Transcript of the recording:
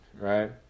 right